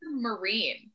marine